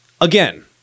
Again